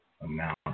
amount